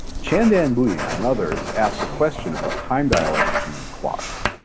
chandan and bhuyan and and others asked a question about time dilation and clocks.